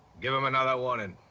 give them another warning.